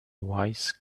wise